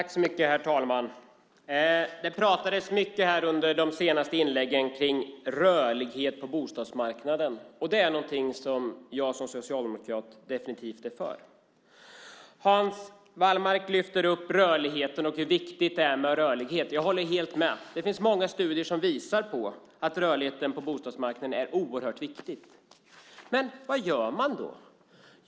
Herr talman! Det pratades mycket under de senaste inläggen om rörlighet på bostadsmarknaden. Det är någonting som jag som socialdemokrat definitivt är för. Hans Wallmark lyfter fram rörligheten och hur vik-tig den är. Jag håller helt med. Det finns många studier som visar på att rörligheten på bostadsmarknaden är oerhört viktig. Men vad gör man då?